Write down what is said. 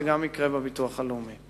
זה יקרה גם בביטוח הלאומי.